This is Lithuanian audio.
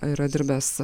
yra dirbęs